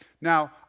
Now